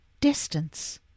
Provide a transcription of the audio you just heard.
distance